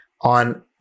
on